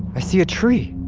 i see a tree!